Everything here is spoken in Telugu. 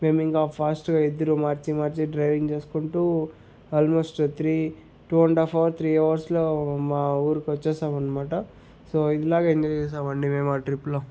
మేమింక ఫాస్ట్గా ఇద్దరు మార్చి మార్చి డ్రైవింగ్ చేసుకుంటూ almost three two and half hour three అవర్స్లో మా ఊరికి వచ్చేశామనమాట సో ఇలాగ ఎంజాయ్ చేశామండి మేము ఆ ట్రిప్లో